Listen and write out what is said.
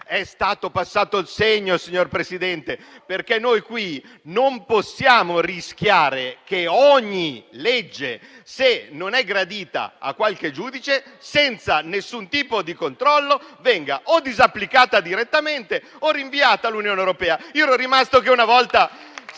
è stato passato il segno, signor Presidente. Noi qui non possiamo rischiare che ogni legge, se non è gradita a qualche giudice, senza alcun tipo di controllo venga o disapplicata direttamente o rinviata all'Unione europea. Ero rimasto che una volta